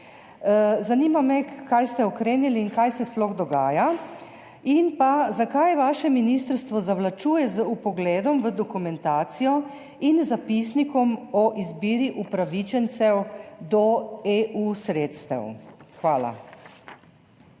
Zanima me: Kaj ste ukrenili in kaj se sploh dogaja? Zakaj vaše ministrstvo zavlačuje z vpogledom v dokumentacijo in zapisnik o izbiri upravičencev do sredstev EU? Hvala.